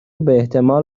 باحتمال